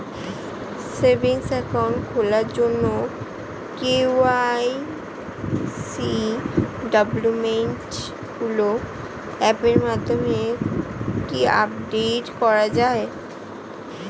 Savings account খোলার জন্য KYC ডকুমেন্টগুলো অ্যাপের মাধ্যমে কি আপডেট করা যাবে?